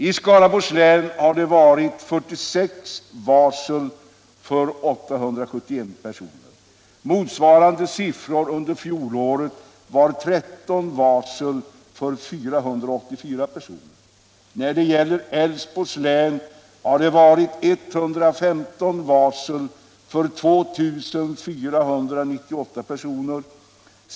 I Skaraborgs län har det varit 46 varsel för 871 personer. Motsvarande siffror under fjolåret var 13 varsel för 484 personer. När det gäller Älvsborgs län har det varit 115 varsel för 2498 personer.